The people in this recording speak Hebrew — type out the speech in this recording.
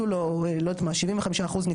ומגיעים השנתיים שהוא כבר לא יכול יותר,